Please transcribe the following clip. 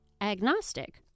agnostic